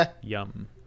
Yum